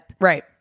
right